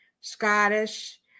Scottish